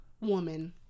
woman